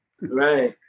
Right